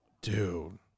Dude